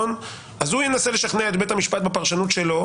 אז הוא ינסה לשכנע את בית המשפט בפרשנות שלו